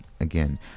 again